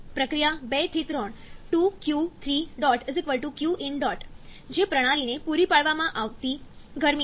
પ્રક્રિયા 2 થી 3 ₂q3 qin જે પ્રણાલીને પૂરી પાડવામાં કરવામાં આવતી ગરમી છે